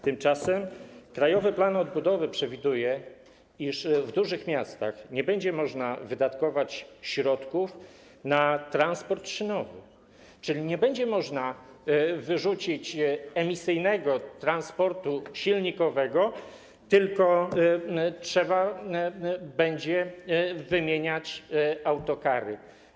Tymczasem krajowy plan odbudowy przewiduje, iż w dużych miastach nie będzie można wydatkować środków na transport szynowy, czyli nie będzie można wyrzucić emisyjnego transportu silnikowego, tylko trzeba będzie wymieniać autokary.